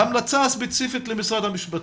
ההמלצה הספציפית למשרד המשפטים,